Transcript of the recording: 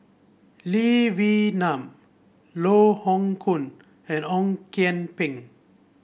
Lee Wee Nam Loh Hoong Kwan and Ong Kian Peng